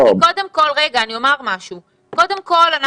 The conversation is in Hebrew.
קודם כל,